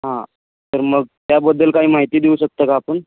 हां तर मग त्याबद्दल काही माहिती देऊ शकता का आपण